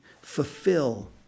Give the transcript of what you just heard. fulfill